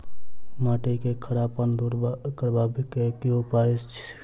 माटि केँ खड़ापन दूर करबाक की उपाय थिक?